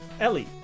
Ellie